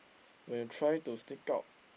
when you try to sneak out